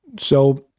so,